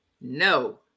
no